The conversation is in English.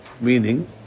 Meaning